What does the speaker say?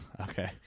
okay